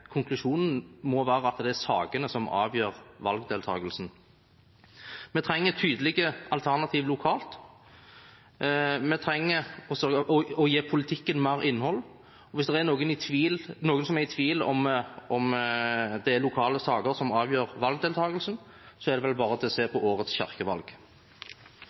konklusjonen må være at det er sakene som avgjør valgdeltakelsen. Vi trenger tydelige alternativer lokalt og å gi politikken mer innhold. Hvis det er noen som er i tvil om det er lokale saker som avgjør valgdeltakelsen, er det vel bare å se på årets